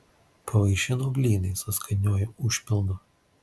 pavaišino blynais su skaniuoju užpildu